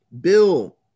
Bill